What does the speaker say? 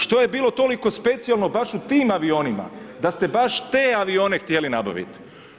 Što je bilo toliko specijalno baš u tim avionima, da ste baš te avione htjeli nabavit?